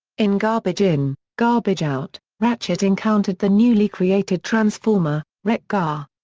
in garbage in, garbage out, ratchet encountered the newly created transformer, wreck-gar.